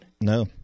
no